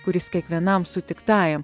kuris kiekvienam sutiktajam